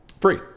Free